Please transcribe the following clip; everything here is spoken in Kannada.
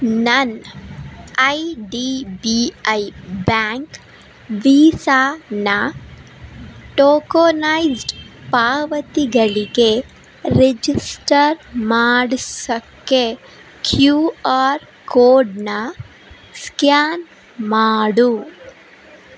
ನನ್ನ I D B I bank ವೀಸಾವನ್ನ ಟೋಕೋನೈಸ್ಡ್ ಪಾವತಿಗಳಿಗೆ ರಿಜಿಸ್ಟರ್ ಮಾಡ್ಸೋಕ್ಕೆ ಕ್ಯೂ ಆರ್ ಕೋಡನ್ನು ಸ್ಕ್ಯಾನ್ ಮಾಡು